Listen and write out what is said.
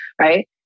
right